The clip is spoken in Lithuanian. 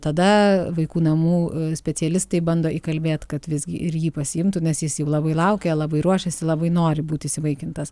tada vaikų namų specialistai bando įkalbėt kad visgi ir jį pasiimtų nes jis jau labai laukia labai ruošiasi labai nori būti įsivaikintas